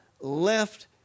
left